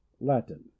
Latin